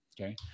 okay